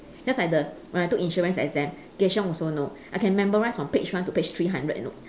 just like the when I took insurance exam kay-xiong also know I can memorise from page one to page three hundred you know